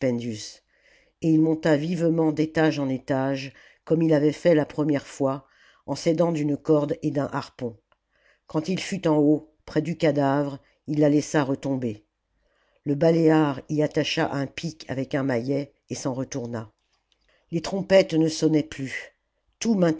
et il monta vivement d'étage en étage comme il avait fait la première fois en s'aidant d'une corde et d'un harpon quand il fut en haut près du cadavre il la laissa retomber le baléare y attacha un pic avec un maillet et s'en retourna les trompettes ne sonnaient plus tout